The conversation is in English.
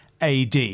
AD